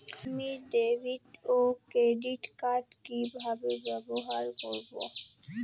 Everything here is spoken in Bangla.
আমি ডেভিড ও ক্রেডিট কার্ড কি কিভাবে ব্যবহার করব?